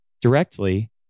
directly